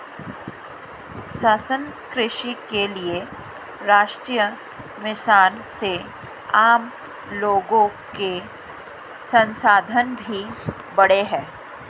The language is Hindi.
सतत कृषि के लिए राष्ट्रीय मिशन से आम लोगो के संसाधन भी बढ़े है